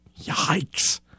Yikes